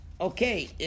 okay